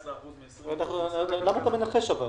אבל למה אתה מנחש.